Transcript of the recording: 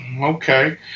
okay